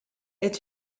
est